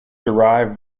derive